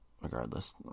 regardless